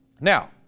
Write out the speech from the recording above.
Now